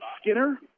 Skinner